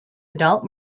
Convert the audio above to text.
adult